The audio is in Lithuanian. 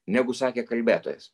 negu sakė kalbėtojas